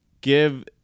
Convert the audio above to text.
give